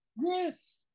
yes